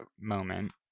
moment